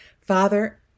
Father